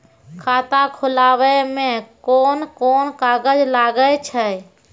खाता खोलावै मे कोन कोन कागज लागै छै?